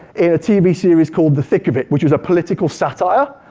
in a tv series called the thick of it, which was a political satire,